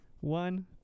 one